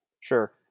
sure